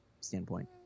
standpoint